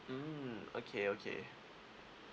mm okay okay